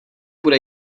bude